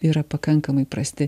yra pakankamai prasti